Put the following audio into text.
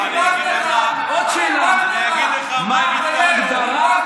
אני אגיד לך, מה ההגדרה,